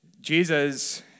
Jesus